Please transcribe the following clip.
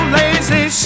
lazy